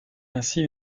ainsi